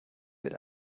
wird